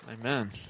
Amen